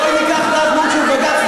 בואי ניקח דעת מיעוט של בג"ץ,